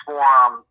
Forum